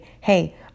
hey